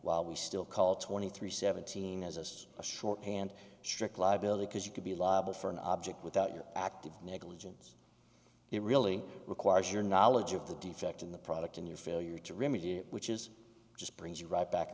while we still call twenty three seventeen as a shorthand strict liability because you could be liable for an object without your active negligence it really requires your knowledge of the defect in the product and your failure to remedy it which is just brings you right back